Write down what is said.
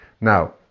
Now